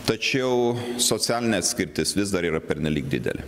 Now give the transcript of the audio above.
tačiau socialinė atskirtis vis dar yra pernelyg didelė